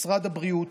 משרד הבריאות.